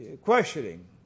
questioning